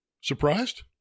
Surprised